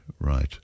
right